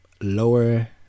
lower